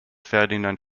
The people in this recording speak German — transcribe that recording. ferdinand